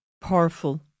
Powerful